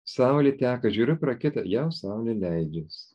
saulė teka žiūriu pro kitą jau saulė leidžias